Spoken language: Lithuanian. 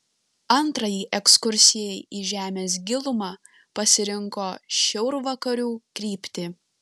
antrajai ekskursijai į žemės gilumą pasirinko šiaurvakarių kryptį